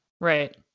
Right